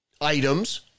Items